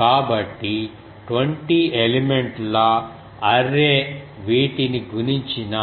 కాబట్టి 20 ఎలిమెంట్ ల అర్రే వీటిని గుణించిన